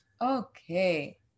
Okay